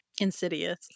insidious